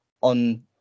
On